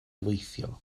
weithio